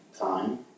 time